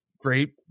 great